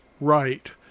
right